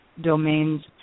domains